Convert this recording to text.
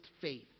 faith